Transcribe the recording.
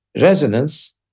resonance